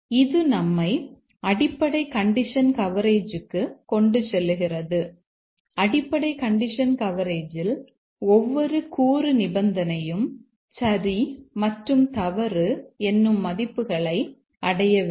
இது நம்மை அடிப்படை கண்டிஷன் கவரேஜ்க்கு கொண்டு செல்கிறது அடிப்படை கண்டிஷன் கவரேஜில் ஒவ்வொரு கூறு நிபந்தனையும் சரி மற்றும் தவறு என்னும் மதிப்புகளை அடைய வேண்டும்